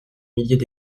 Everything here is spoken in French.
milliers